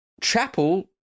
chapel